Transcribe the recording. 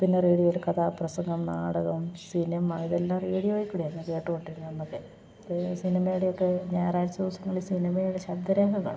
പിന്നെ റേഡിയോയിൽ കഥാപ്രസംഗം നാടകം സിനിമ ഇതെല്ലാം റേഡിയോയിൽ കൂടെയായിരുന്നു കേട്ടു കൊണ്ടിരുന്ന അന്നൊക്കെ സിനിമയുടെയൊക്കെ ഞായറാഴ്ച ദിവസങ്ങളിൽ സിനിമയിലെ ശബ്ദരേഖ കാണും